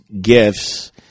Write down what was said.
gifts